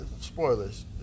spoilers